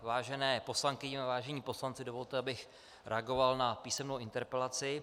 Vážené poslankyně, vážení poslanci, dovolte, abych reagoval na písemnou interpelaci.